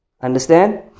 understand